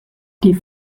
die